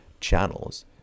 channels